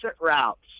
routes